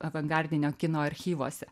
avangardinio kino archyvuose